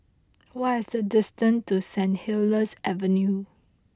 what is the distance to Saint Helier's Avenue